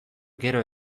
gero